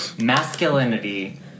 masculinity